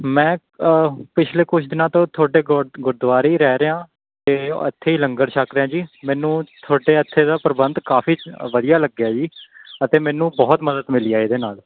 ਮੈਂ ਪਿਛਲੇ ਕੁਝ ਦਿਨਾਂ ਤੋਂ ਤੁਹਾਡੇ ਗੋ ਗੁਰਦੁਆਰੇ ਹੀ ਰਹਿ ਰਿਹਾ ਅਤੇ ਇੱਥੇ ਹੀ ਲੰਗਰ ਛੱਕ ਰਿਹਾ ਜੀ ਮੈਨੂੰ ਤੁਹਾਡੇ ਇੱਥੇ ਦਾ ਪ੍ਰਬੰਧ ਕਾਫ਼ੀ ਵਧੀਆ ਲੱਗਿਆ ਜੀ ਅਤੇ ਮੈਨੂੰ ਬਹੁਤ ਮਦਦ ਮਿਲੀ ਆ ਇਹਦੇ ਨਾਲ